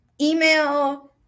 email